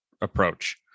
approach